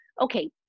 okay